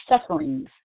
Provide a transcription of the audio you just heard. sufferings